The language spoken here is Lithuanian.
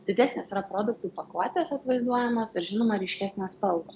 didesnės yra produktų pakuotes atvaizduojamos ir žinoma ryškesnės spalvos